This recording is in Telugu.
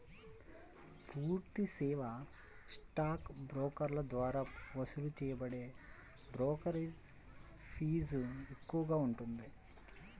పూర్తి సేవా స్టాక్ బ్రోకర్ల ద్వారా వసూలు చేయబడే బ్రోకరేజీ ఫీజు ఎక్కువగా ఉంటుంది